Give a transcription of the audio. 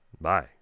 Bye